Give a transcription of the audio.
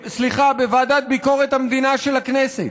סליחה, בוועדת ביקורת המדינה של הכנסת,